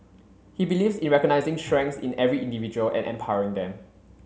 he believes in recognising strengths in every individual and empowering them